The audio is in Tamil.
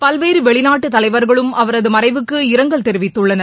பல்வேறு வெளிநாட்டுத் தலைவர்களும் அவரது மறைவுக்கு இரங்கல் தெரிவித்துள்ளனர்